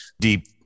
deep